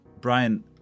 Brian